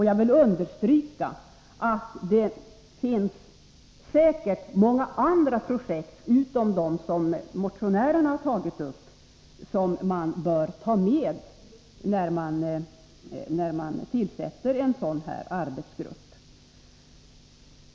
Jag vill understryka att det säkert finns många andra projekt, utom de som motionärerna har tagit upp, som man bör ta med 7n när man tillsätter en sådan här arbetsgrupp.